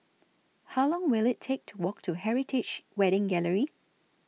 How Long Will IT Take to Walk to Heritage Wedding Gallery